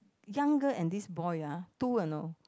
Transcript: young girl and this boy ah two you know